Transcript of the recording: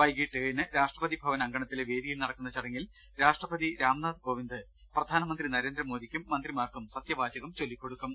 വൈകീട്ട് ഏഴിന് രാഷ്ട്രപതി ഭവൻ അങ്കണത്തിലെ വേദിയിൽ നടക്കുന്ന ചടങ്ങിൽ രാഷ്ട്രപതി രാംനാഥ് കോവിന്ദ് പ്രധാനമന്ത്രി നരേന്ദ്രമോദിക്കും മന്ത്രി മാർക്കും സതൃവാചകം ചൊല്ലിക്കൊടുക്കും